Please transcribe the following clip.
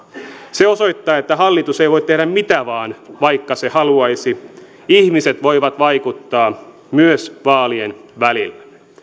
se osoittaa että tämä hallitus ei voi tehdä mitä vain vaikka se haluaisi ihmiset voivat vaikuttaa myös vaalien välillä